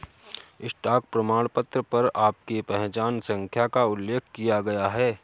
stock प्रमाणपत्र पर आपकी पहचान संख्या का उल्लेख किया गया है